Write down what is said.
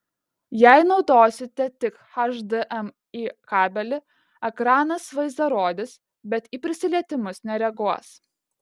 jei naudosite tik hdmi kabelį ekranas vaizdą rodys bet į prisilietimus nereaguos